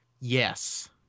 Yes